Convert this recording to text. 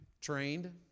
Trained